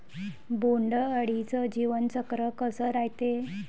बोंड अळीचं जीवनचक्र कस रायते?